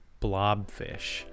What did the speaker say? blobfish